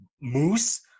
moose